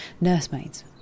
nursemaids